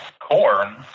corn